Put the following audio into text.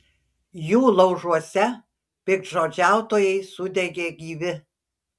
jų laužuose piktžodžiautojai sudegė gyvi